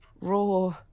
raw